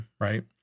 Right